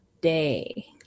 day